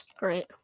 Great